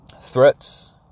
threats